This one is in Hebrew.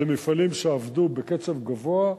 אלה מפעלים שעבדו בקצב גבוה.